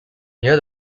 near